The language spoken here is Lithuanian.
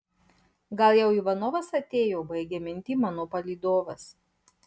gal jau ivanovas atėjo baigia mintį mano palydovas